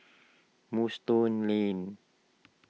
Moonstone Lane